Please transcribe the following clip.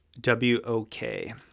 W-O-K